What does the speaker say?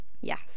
Yes